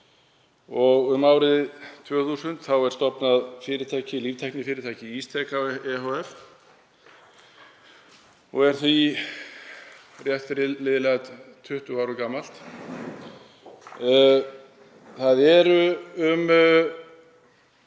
og um árið 2000 var stofnað líftæknifyrirtækið Ísteka ehf. og er því rétt liðlega 20 ára gamalt. Það eru um